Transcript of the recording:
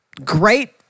Great